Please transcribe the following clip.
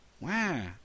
Wow